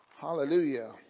Hallelujah